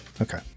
Okay